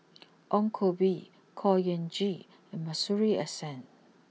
Ong Koh Bee Khor Ean Ghee and Masuri S N